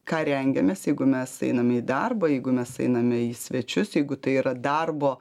ką rengiamės jeigu mes einame į darbą jeigu mes einame į svečius jeigu tai yra darbo